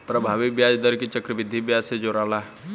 प्रभावी ब्याज दर के चक्रविधि ब्याज से जोराला